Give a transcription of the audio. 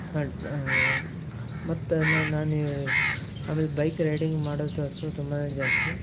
ಮತ್ತು ಅದನ್ನ ನಾನೇ ಆಮೇಲೆ ಬೈಕ್ ರೈಡಿಂಗ್ ಮಾಡೋ ತಾಸು ತುಂಬಾ ಜಾಸ್ತಿ